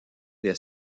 des